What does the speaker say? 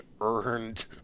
earned